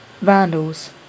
Vandals